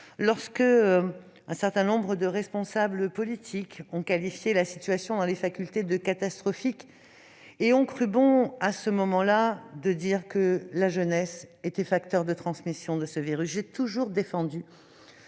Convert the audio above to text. lorsqu'un certain nombre de responsables politiques ont qualifié la situation dans les facultés de « catastrophique » et ont cru bon d'affirmer que la jeunesse accélérait la transmission du virus. J'ai toujours défendu